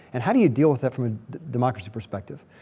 and how do you deal with that from a democracy perspective?